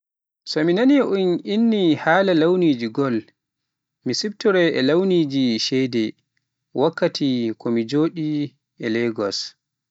So mi nani un inni haala launiji gol, mi siftoroya e launiji ceede, wakkati ko mi joɗi e Legas.